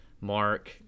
mark